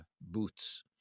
boots